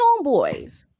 homeboys